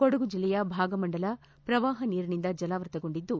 ಕೊಡಗು ಜಿಲ್ಲೆಯ ಭಾಗಮಂಡಲ ಪ್ರವಾಪ ನೀರಿನಿಂದ ಜಲಾವೃತಗೊಂಡಿದ್ದು